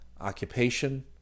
Occupation